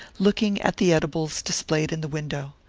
looking at the edibles displayed in the window.